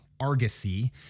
Argosy